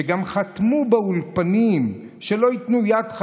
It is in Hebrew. שגם חתמו באולפנים שלא ייתנו יד,